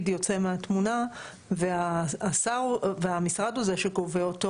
יוצא מהתמונה והמשרד הוא זה שגובה אותו